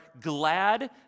glad